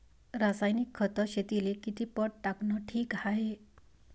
रासायनिक खत शेतीले किती पट टाकनं ठीक हाये?